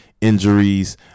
injuries